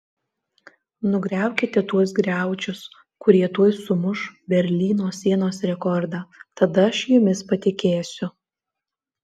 nugriaukite tuos griaučius kurie tuoj sumuš berlyno sienos rekordą tada aš jumis patikėsiu